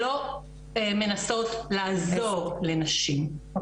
שלא מנסות לעזור לנשים,